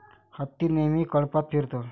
हत्ती नेहमी कळपात फिरतो